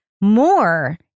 more